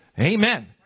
Amen